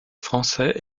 français